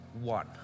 one